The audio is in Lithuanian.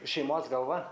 šeimos galva